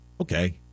Okay